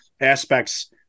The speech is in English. aspects